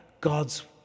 God's